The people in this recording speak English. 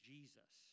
Jesus